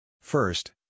First